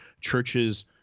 churches